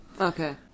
Okay